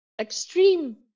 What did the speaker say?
extreme